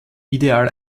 ideal